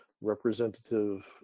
Representative